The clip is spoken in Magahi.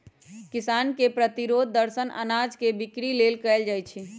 किसान के विरोध प्रदर्शन अनाज के बिक्री लेल कएल जाइ छै